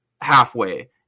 halfway